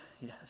yes